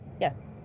Yes